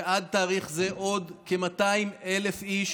שעד תאריך זה עוד כ-200,000 איש